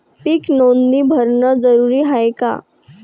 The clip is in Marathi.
पीक नोंदनी भरनं जरूरी हाये का?